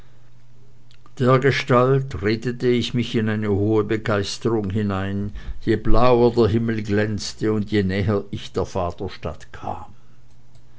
dergestalt redete ich mich in eine hohe begeisterung hinein je blauer der himmel glänzte und je näher ich der vaterstadt kam